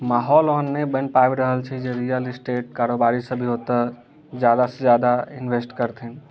माहौल ओहेन नहि बैन पाबि रहल छै जे रियल इस्टेट कारोबारी सभ भी औतो जादा से जादा इन्वेस्ट करथिन